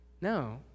No